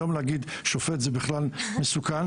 היום להגיד שופט זה בכלל מסוכן.